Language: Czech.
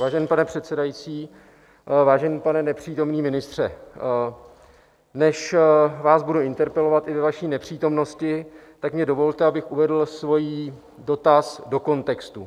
Vážený pane předsedající, vážený pane nepřítomný ministře, než vás budu interpelovat i ve vaší nepřítomnosti, tak mi dovolte, abych uvedl svůj dotaz do kontextu.